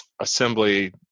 assembly